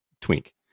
twink